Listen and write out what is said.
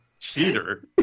cheater